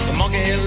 monkey